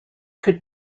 could